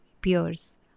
peers